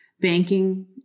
banking